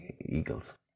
eagles